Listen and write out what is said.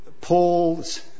Paul's